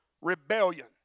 rebellion